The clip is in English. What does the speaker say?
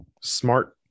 smart